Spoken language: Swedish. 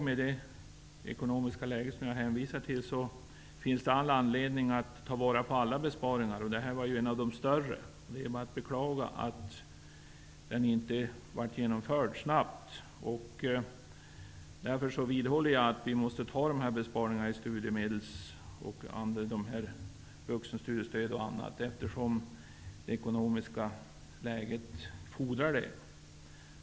Med det ekonomiska läge som jag hänvisar till finns det all anledning att ta vara på alla besparingar. Den här var en av de större. Det är bara att beklaga att den inte blev snabbt genomförd. Jag vidhåller därför att vi måste fatta beslut om dessa besparingar när det gäller studiemedel, vuxenstudiestöd, m.m., eftersom det ekonomiska läget fordrar det.